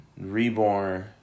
Reborn